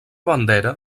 bandera